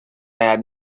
had